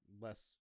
less